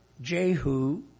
Jehu